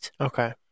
Okay